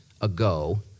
ago